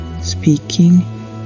speaking